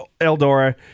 Eldora